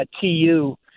TU